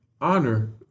honor